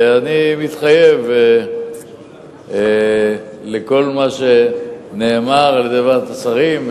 אני מתחייב לכל מה שנאמר על-ידי ועדת השרים,